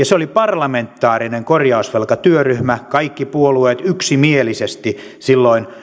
se oli parlamentaarinen korjausvelkatyöryhmä kaikki puolueet yksimielisesti silloin